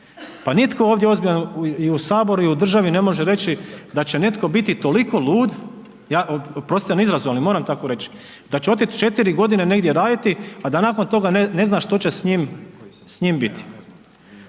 Pa nitko ovdje ozbiljan i u saboru i u državi ne može reći da će netko biti toliko lud, oprostite na izrazu, ali moram tako reći, da će otić 4 godine negdje raditi, a da nakon toga ne zna što će s njim biti.